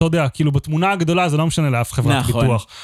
אתה יודע, כאילו בתמונה הגדולה זה לא משנה לאף חברת ביטוח.